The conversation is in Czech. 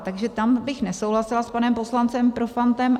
Takže tam bych nesouhlasila s panem poslancem Profantem.